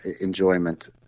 enjoyment